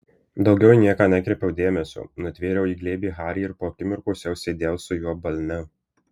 daugiau į nieką nekreipiau dėmesio nutvėriau į glėbį harį ir po akimirkos jau sėdėjau su juo balne